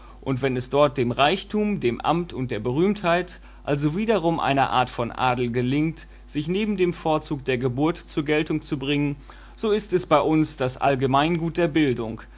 und wenn es dort dem reichtum dem amt und der berühmtheit also wiederum einer art von adel gelingt sich neben dem vorzug der geburt zur geltung zu bringen so ist es bei uns das allgemeingut der bildung